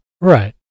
right